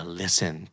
listen